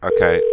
Okay